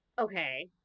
Okay